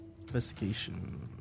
investigation